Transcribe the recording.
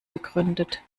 begründet